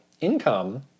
income